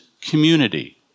community